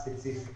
ספציפי.